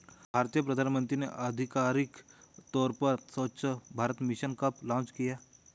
भारतीय प्रधानमंत्री ने आधिकारिक तौर पर स्वच्छ भारत मिशन कब लॉन्च किया?